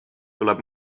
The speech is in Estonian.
tuleb